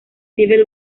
civil